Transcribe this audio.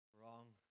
wrong